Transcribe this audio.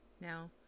Now